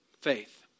faith